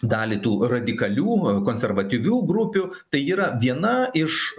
dalį tų radikalių konservatyvių grupių tai yra viena iš